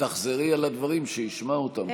אולי כדאי שתחזרי על הדברים, שישמע אותם.